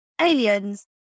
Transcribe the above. Aliens